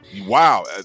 wow